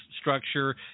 structure